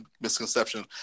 misconception